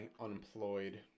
unemployed